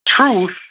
truth